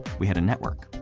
we had a network.